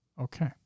Okay